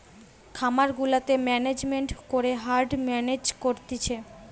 খামার গুলাতে ম্যানেজমেন্ট করে হার্ড মেনেজ করতিছে